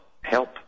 help